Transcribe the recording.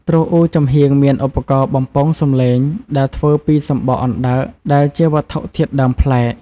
ទ្រអ៊ូចំហៀងមានឧបករណ៍បំពងសំឡេងដែលធ្វើពីសំបកអណ្ដើក ដែលជាវត្ថុធាតុដើមប្លែក។